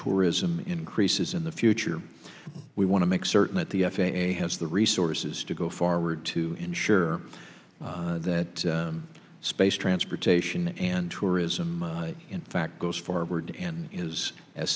tourism increases in the future we want to make certain that the f a a has the resources to go forward to ensure that space transportation and tourism in fact goes forward and is as